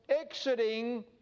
exiting